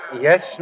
Yes